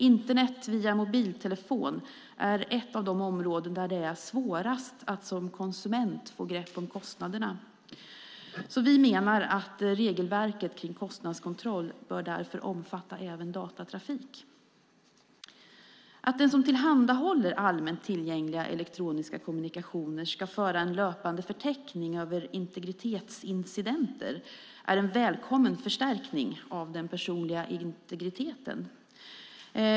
Internet via mobiltelefon är ett av de områden där det är svårast att som konsument få grepp om kostnaderna. Vi menar att regelverket kring kostnadskontroll därför bör omfatta även datatrafik. Att den som tillhandahåller allmänt tillgängliga elektroniska kommunikationer ska föra en löpande förteckning över integritetsincidenter är en välkommen förstärkning av den personliga integriteten.